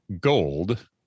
gold